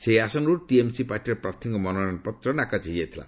ସେହି ଆସନରୁ ଟିଏମ୍ସି ପାର୍ଟିର ପ୍ରାର୍ଥୀଙ୍କ ମନୋନୟନପତ୍ର ନାକଚ ହୋଇଯାଇଥିଲା